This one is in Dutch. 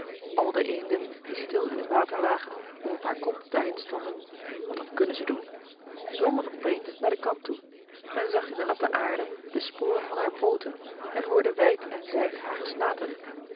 al de eenden die stil in het water lagen of op haar kop daarin stonden want dat kunnen ze doen zwommen op eens naar den kant toe men zag in de natte aarde de sporen van haar pooten en hoorde wijd en zijd haar gesnater